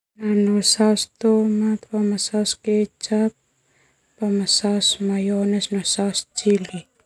Saos tomat, boma saos kecap, boma saos mayones, boma saos cili.